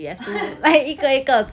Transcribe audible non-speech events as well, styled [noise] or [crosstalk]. [laughs]